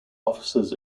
offices